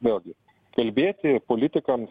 vėlgi kalbėti politikams